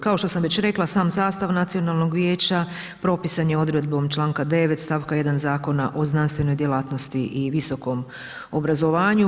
Kao što sam već rekla sam sastav nacionalnog vijeća propisan je odredbom čl. 9. stavka 1. Zakona o znanstvenoj djelatnosti i visokom obrazovanju.